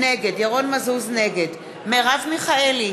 נגד מרב מיכאלי,